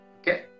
Okay